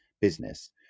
business